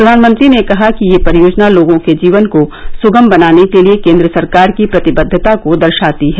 प्रधानमंत्री ने कहा कि यह परियोजना लोगों के जीवन को सुगम बनाने के लिए केन्द्र सरकार की प्रतिबद्वता को दर्शाती है